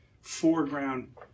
foreground